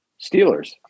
Steelers